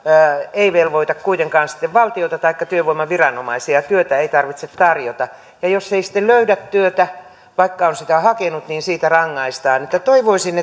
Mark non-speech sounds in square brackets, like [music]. ei velvoita kuitenkaan sitten valtiota taikka työvoimaviranomaisia työtä ei tarvitse tarjota ja jos ei sitten löydä työtä vaikka on sitä hakenut niin siitä rangaistaan toivoisin [unintelligible]